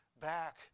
back